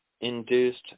induced